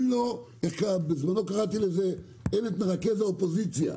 בזמנו קראתי לזה "מרכז האופוזיציה".